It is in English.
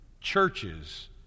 churches